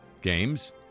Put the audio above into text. Games